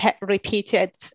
repeated